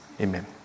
Amen